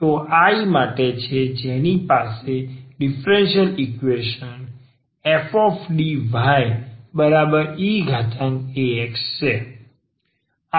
તો આ I માટે છે જેની પાસે ડિફરન્સલ ઇક્વેશન fDyeax છે